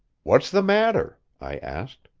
what's the matter? i asked.